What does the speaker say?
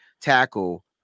tackle